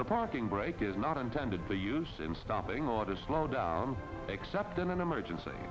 the parking brake is not intended for use in stopping or to slow down except in an emergency